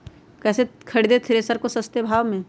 कैसे खरीदे थ्रेसर को सस्ते भाव में?